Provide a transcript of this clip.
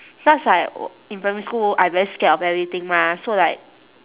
cause like o~ in primary school I very scared of everything mah so like